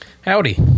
Howdy